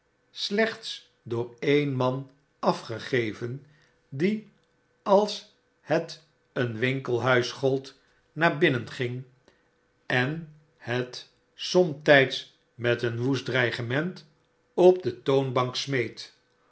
slechts door e'en man afgegeven die als het en winkelhuis gold naar binnen ging en het somtijds met een woest dreigement op de toonbank smeet